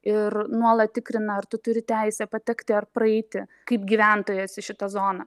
ir nuolat tikrina ar tu turi teisę patekti ar praeiti kaip gyventojas į šitą zoną